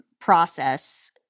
process